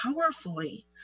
powerfully